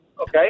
Okay